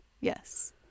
Yes